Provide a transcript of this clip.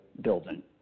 building